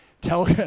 tell